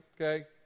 okay